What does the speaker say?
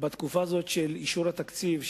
בתקופה הזו של אישור התקציב,